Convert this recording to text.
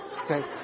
Okay